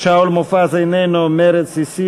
הוצאות תפעול ופעולות, רזרבה להתייקרויות,